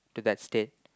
to that state